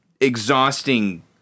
exhausting